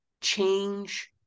change